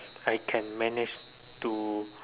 I can manage to